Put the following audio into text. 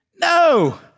No